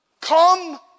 Come